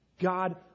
God